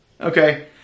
Okay